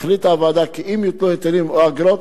החליטה הוועדה כי אם יוטלו היטלים או אגרות,